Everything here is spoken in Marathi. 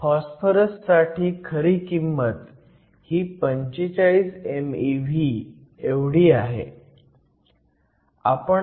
फॉस्फरस साठी खरी किंमत ही 45 mev एवढी आहे